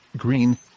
Green